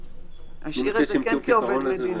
נשאיר את זה כן כעובד מדינה.